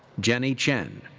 jenny chen.